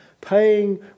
paying